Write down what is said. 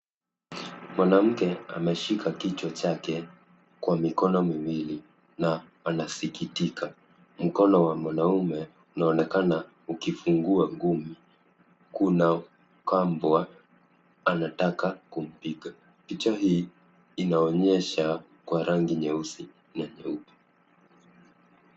Mwanamke ameshika kichwa chake kwa mikono miwili na anasikitika, mkono wa mwanaume unaonekana ukifungua ngumi kuna mkambwa anataka kumpiga, picha hii inaonyesha kwa rangi nyeusi na nyeupe.